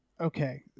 okay